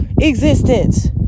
existence